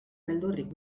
beldurrik